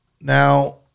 Now